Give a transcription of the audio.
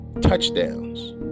touchdowns